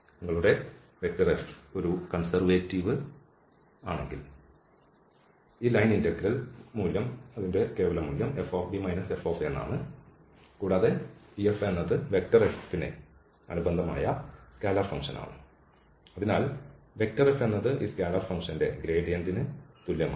നിങ്ങളുടെ F ഒരു conservative ആണെങ്കിൽ ഈ ലൈൻ ഇന്റഗ്രൽ മൂല്യം കേവലം fb f ആണ് കൂടാതെ ഈ f എന്നത് ഈ F ന് അനുബന്ധമായ സ്കെയിലർ ഫംഗ്ഷൻ ആണ് അതിനാൽ F എന്നത് ഈ സ്കെയിലർ ഫംഗ്ഷന്റെ ഗ്രേഡിയന്റിന് തുല്യമാണ്